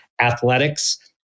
athletics